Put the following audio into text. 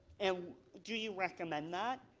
and do you recommend that,